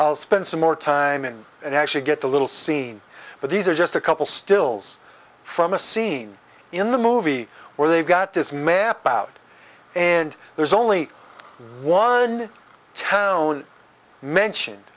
i spend some more time in and actually get a little scene but these are just a couple stills from a scene in the movie where they've got this map out and there's only one town mentioned